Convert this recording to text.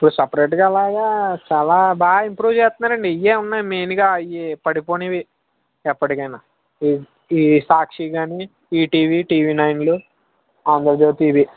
ఇప్పుడు సేపరేట్గా అలాగా చాలా బాగా ఇంప్రూవ్ చేస్తున్నారండి ఇవే ఉన్నాయి మెయిన్గా ఇవి పడిపోనివి ఎప్పటికైనా ఈ సాక్షి కానీ ఈటీవి టీవి నైన్లు ఆంద్రజ్యోతి ఇవి